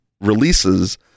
releases